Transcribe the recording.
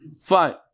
Fine